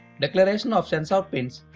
declaration of sensor pins,